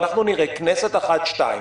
אנחנו נראה כנסת אחת-שתיים,